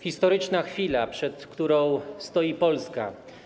Historyczna chwila, przed którą stoi Polska.